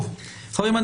חברים,